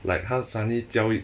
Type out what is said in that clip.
like 他 suddenly 教一